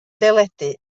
deledu